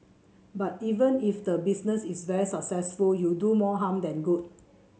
but even if the business is very successful you'll do more harm than good